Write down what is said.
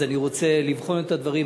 אני רוצה לבחון את הדברים.